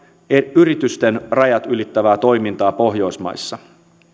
yritysten rajat ylittävää toimintaa pohjoismaissa